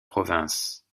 province